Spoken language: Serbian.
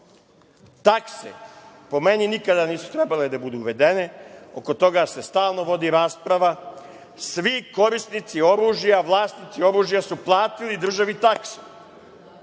Takse po meni nikada nisu trebale da budu uvedene. Oko toga se stalno vodi rasprava. Svi korisnici oružja, vlasnici oružja su platili državi taksu.